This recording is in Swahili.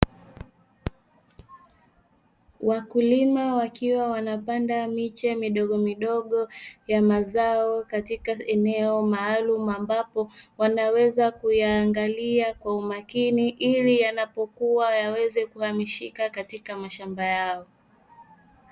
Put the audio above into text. Wakulima wakiwa wanapanda miche midogomidogo ya mazao katika eneo maalumu ambapo wanaweza kuyaangalia kwa umakini, ili yanapokuwa yaweza kuhamishika katika mashamba yao.